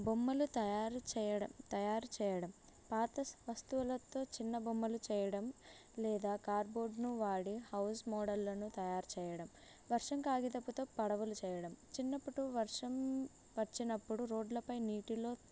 బొమ్మలు తయారు చెయ్యడ తయారు చెయ్యడం పాత వస్తువులతో చిన్న బొమ్మలు చెయ్యడం లేదా కార్డ్బోర్డ్ను వాడి హౌస్ మోడళ్ళను తయారు చెయ్యడం వర్షం కాగితంతో పడవలు చెయ్యడం చిన్నప్పుడు వర్షం వచ్చినప్పుడు రోడ్లపై నీటిలో